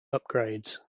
upgrades